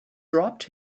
dropped